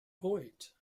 point